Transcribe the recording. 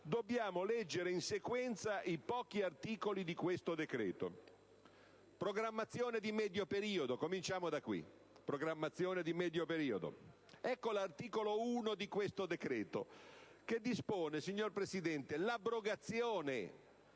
dobbiamo leggere in sequenza i pochi articoli di questo decreto.